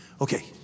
Okay